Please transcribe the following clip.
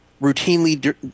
routinely